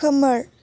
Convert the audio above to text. खोमोर